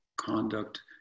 conduct